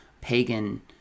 pagan